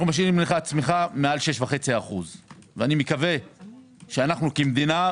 אנחנו משאירים לך צמיחה מעל 6.5%. אני מקווה שאנו כמדינה,